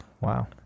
Wow